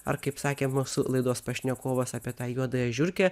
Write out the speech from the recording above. ar kaip sakė mūsų laidos pašnekovas apie tą juodąją žiurkę